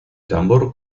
tambor